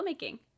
filmmaking